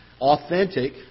authentic